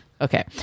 Okay